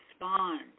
respond